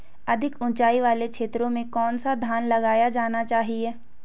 अधिक उँचाई वाले क्षेत्रों में कौन सा धान लगाया जाना चाहिए?